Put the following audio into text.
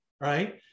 right